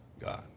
God